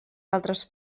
altres